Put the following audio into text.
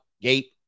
gate